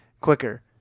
quicker